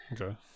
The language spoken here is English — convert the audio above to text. Okay